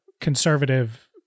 conservative